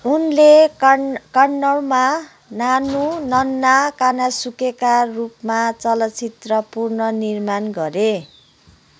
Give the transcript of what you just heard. उनले कान कन्नडमा नानु नन्ना कानासुका रूपमा चलचित्र पुनःनिर्माण गरे